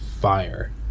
fire